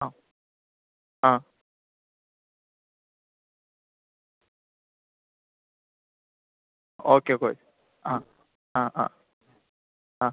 ആ ആ okay coach ആ ആ ആ ആ